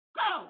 go